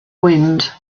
wind